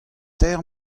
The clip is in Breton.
teir